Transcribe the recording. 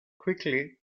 quickly